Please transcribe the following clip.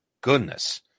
goodness